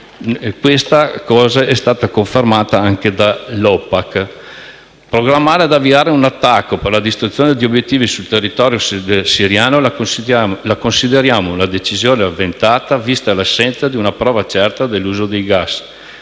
Questo è stato confermato anche dall'OPAC. Programmare ed avviare un attacco per la distruzione di obiettivi sul territorio siriano la consideriamo una decisione avventata, vista l'assenza di una prova certa dell'uso dei gas,